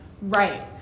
Right